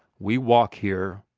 we walk here,